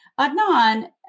Adnan